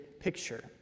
picture